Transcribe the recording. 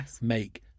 make